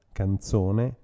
canzone